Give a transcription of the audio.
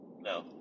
No